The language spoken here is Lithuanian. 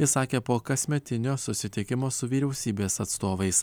išsakė po kasmetinio susitikimo su vyriausybės atstovais